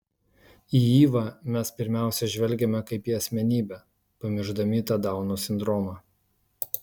į ivą mes pirmiausia žvelgiame kaip į asmenybę pamiršdami tą dauno sindromą